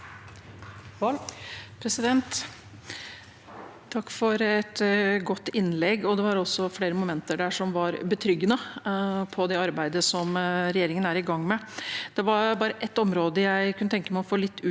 Takk for et godt inn- legg. Det var flere momenter der som var betryggende når det gjelder arbeidet som regjeringen er i gang med. Det var bare ett område jeg kunne tenke meg å få litt utdypet,